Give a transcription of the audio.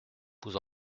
vous